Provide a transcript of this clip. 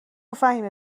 فهیمه